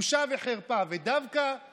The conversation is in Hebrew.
ולמוחרת עושים בדיוק אותו הדבר בלי שום נקיפות מצפון.